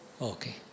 Okay